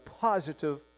positive